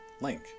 Link